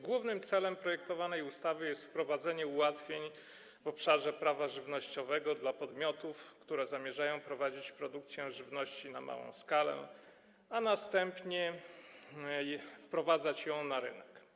Głównym celem projektowanej ustawy jest wprowadzenie ułatwień w obszarze prawa żywnościowego dla podmiotów, które zamierzają prowadzić produkcję żywności na małą skalę, a następnie wprowadzać ją na rynek.